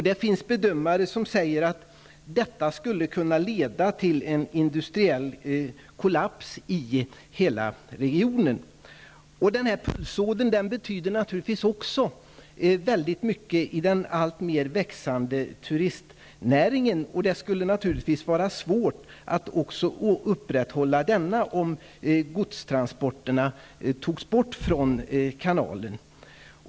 Det finns bedömare som säger att detta skulle kunna leda till en industriell kollaps i hela regionen. Pulsådern betyder också väldigt mycket för den växande turistnäringen, och det skulle vara svårt att också upprätthålla denna om godstransporterna togs bort från kanalen.